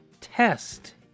Test